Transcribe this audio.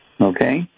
Okay